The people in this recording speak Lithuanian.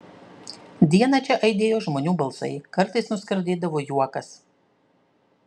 dieną čia aidėjo žmonių balsai kartais nuskardėdavo juokas